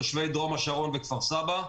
תושבי דרום השרון וכפר-סבא.